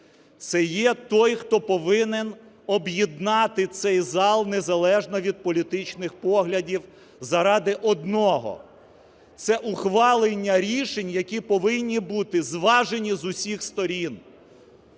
Це є той, хто повинен об'єднати цей зал, незалежно від політичних поглядів заради одного – це ухвалення рішень, які повинні бути зважені з усіх сторін,